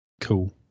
cool